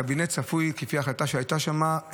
הקבינט צפוי, לפי ההחלטה שהייתה שם,